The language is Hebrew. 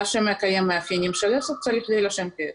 מה שמקיים מאפיינים של עסק, צריך להירשם כעסק.